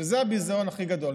שזה הביזיון הכי גדול,